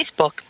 Facebook